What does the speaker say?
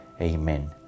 Amen